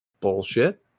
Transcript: bullshit